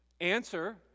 answer